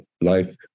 life